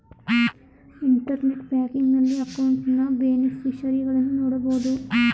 internet banking ನಲ್ಲಿ ಅಕೌಂಟ್ನ ಬೇನಿಫಿಷರಿಗಳನ್ನು ನೋಡಬೋದು